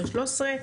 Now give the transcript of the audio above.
2201013,